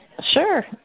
Sure